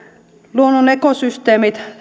luonnon ekosysteemit